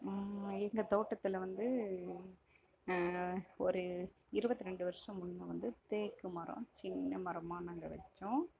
எங்கள் தோட்டத்தில் வந்து ஒரு இருபத்து ரெண்டு வருஷம் முன்னே வந்து தேக்கு மரம் சின்ன மரமாக நாங்கள் வச்சோம்